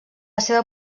seva